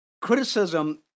Criticism